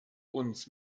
uns